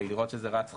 כדי לראות שזה רץ חלק,